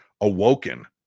awoken